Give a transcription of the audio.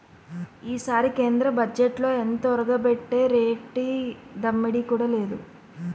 ఈసారి కేంద్ర బజ్జెట్లో ఎంతొరగబెట్టేరేటి దమ్మిడీ కూడా లేదు